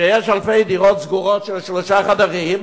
שיש שם אלפי דירות סגורות של שלושה חדרים.